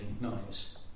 noise